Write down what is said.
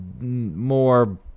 more